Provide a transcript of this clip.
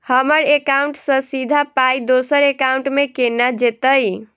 हम्मर एकाउन्ट सँ सीधा पाई दोसर एकाउंट मे केना जेतय?